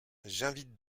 j’invite